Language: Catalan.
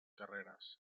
carreres